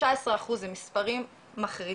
19 אחוז זה מספרים מחרידים.